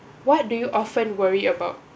what do you often worry about